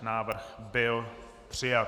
Návrh byl přijat.